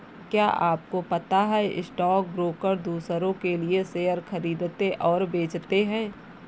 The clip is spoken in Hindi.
क्या आपको पता है स्टॉक ब्रोकर दुसरो के लिए शेयर खरीदते और बेचते है?